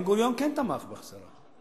בן-גוריון כן תמך בהחזרה.